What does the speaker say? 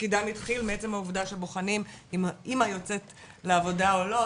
תפקידם התחיל מעצם העובדה שבוחנים אם האימא יוצאת לעבודה או לא,